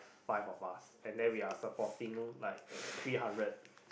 five of us and then we are supporting like three hundred